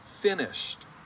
finished